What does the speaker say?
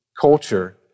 culture